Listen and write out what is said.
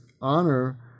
honor